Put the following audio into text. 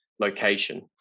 location